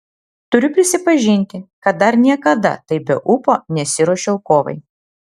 turiu prisipažinti kad dar niekada taip be ūpo nesiruošiau kovai